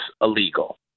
illegal